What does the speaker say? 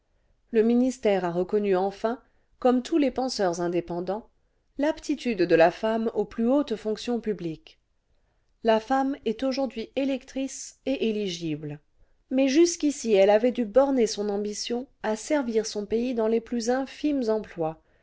le ministère a reconnu enfin comme tous les penseurs indépendants l'aptitude de la femme aux plus hautes fonctions publiques la femme est aujourd'hui électrice et éligible mais jusqu'ici elle avait dû borner son ambition à servir son pays clans les plus infimes emplois